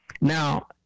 now